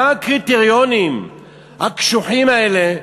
מה הקריטריונים הקשוחים האלה,